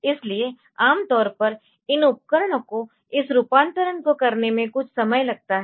इसलिए आम तौर पर इन उपकरणों को इस रूपांतरण को करने में कुछ समय लगता है